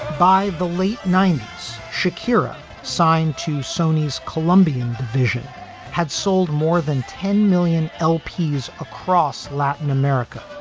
by the late ninety s, sharkira signed to sonys colombian division had sold more than ten million el p s across latin america,